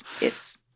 Yes